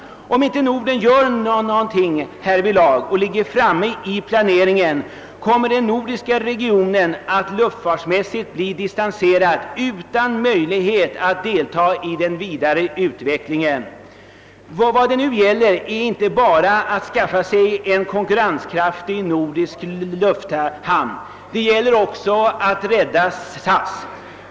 Om inte Norden gör någonting härvidlag och håller sig framme i planeringen, kommer den nordiska regionen att luftfartsmässigt bli distanserad utan möjlighet att delta i den vidare utvecklingen. Vad det nu gäller är inte bara att skaffa en konkurrenskraftig nordisk lufthamn. Det gäller också att rädda SAS.